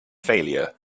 failure